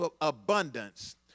abundance